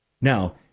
Now